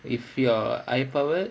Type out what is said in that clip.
if your eye power